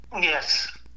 Yes